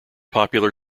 popular